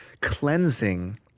cleansing